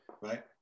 Right